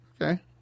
Okay